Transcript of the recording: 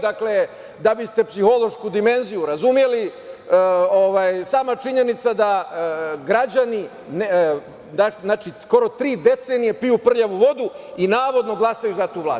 Dakle, da biste psihološku dimenziju razumeli, ovaj, sama činjenica da građani skoro tri decenije piju prljavu vodu i navodno glasaju za tu vlast.